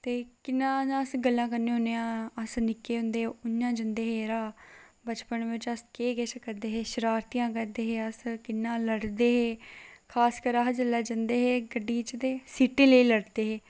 ते कि'यां अस गल्ला करने होन्ने आं अस निक्के होंदे हे कि'यां जंदे हे जरा बचपन बिच अस केह् किश करदे हे शरारतियां करदे हे अस किन्ना लड़दे खास कर अस जेल्लै जंदे हे गड्डियें बिच ते सीटै लेई लड़दे हे